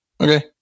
Okay